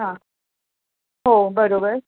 हां हो बरोबर